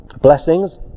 blessings